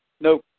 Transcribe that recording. No